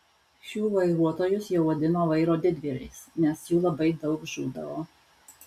šių vairuotojus jau vadino vairo didvyriais nes jų labai daug žūdavo